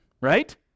Right